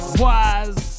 wise